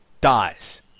dies